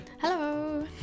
Hello